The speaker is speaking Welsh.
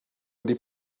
wedi